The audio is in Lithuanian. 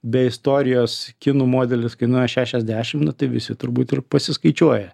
be istorijos kinų modelis kainuoja šešiasdešim nu tai visi turbūt ir pasiskaičiuoja